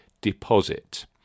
deposit